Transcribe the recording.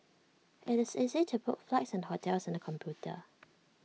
IT is easy to book flights and hotels on the computer